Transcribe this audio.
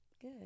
Good